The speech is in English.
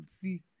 see